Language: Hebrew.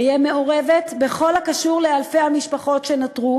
אהיה מעורבת בכל הקשור לאלפי המשפחות שנותרו